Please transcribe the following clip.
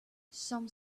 some